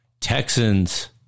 Texans